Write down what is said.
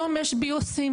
היום יש ביוסימילר,